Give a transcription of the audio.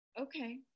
Okay